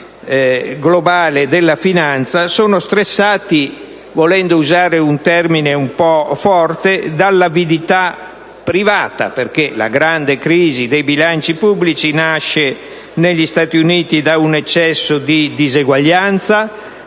crisi globale della finanza; sono stressati - volendo usare un termine un po' forte - dall'avidità privata, perché la grande crisi dei bilanci pubblici nasce negli Stati Uniti da un eccesso di diseguaglianza